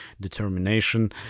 determination